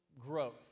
growth